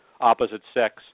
opposite-sex